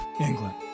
England